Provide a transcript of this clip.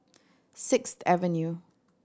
Sixth Avenue